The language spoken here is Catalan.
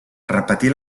repetí